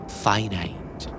finite